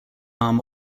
arm